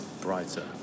brighter